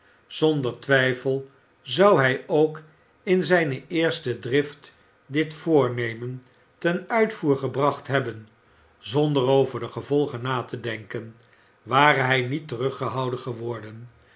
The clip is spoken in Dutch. zonder twijfel zou hij ook in zijne eerste drift dit voornemen ten uitvoer gebracht hebben zonder over de gevolgen na te denken ware hij niet teruggehouden geworden